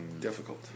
Difficult